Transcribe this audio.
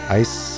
ice